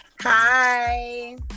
hi